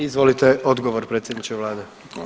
Izvolite odgovor predsjedniče Vlade.